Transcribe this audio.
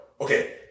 okay